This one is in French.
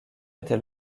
était